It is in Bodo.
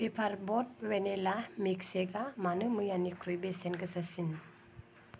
पेपार ब'ट वेनिला मिल्कशेक आ मानो मैयानिख्रुइ बेसेन गोसासिन